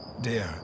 dear